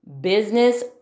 business